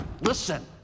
Listen